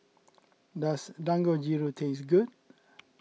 does Dangojiru taste good